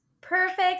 perfect